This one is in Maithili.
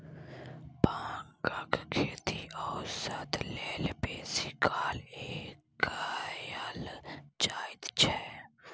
भांगक खेती औषध लेल बेसी काल कएल जाइत छै